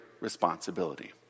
responsibility